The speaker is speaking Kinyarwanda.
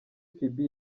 phibi